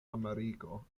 ameriko